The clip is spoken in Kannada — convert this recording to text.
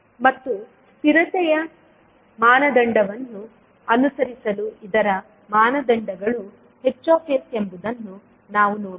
ಮತ್ತು ಸ್ಥಿರತೆಯ ಮಾನದಂಡವನ್ನು ಅನುಸರಿಸಲು ಇದರ ಮಾನದಂಡಗಳು H ಎಂಬುದನ್ನು ನಾವು ನೋಡೋಣ